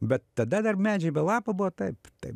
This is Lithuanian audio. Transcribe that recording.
bet tada dar medžiai be lapų buvo taip taip